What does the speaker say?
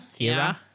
Kira